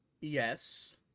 Yes